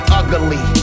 ugly